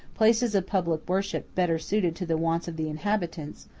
places of public worship better suited to the wants of the inhabitants,